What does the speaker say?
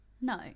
No